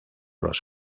los